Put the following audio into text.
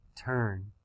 turn